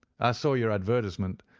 i saw your advertisement,